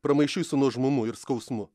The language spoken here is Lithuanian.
pramaišiui su nuožmumu ir skausmu